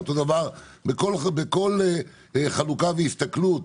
אותו הדבר בכל חלוקה והסתכלות.